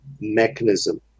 mechanism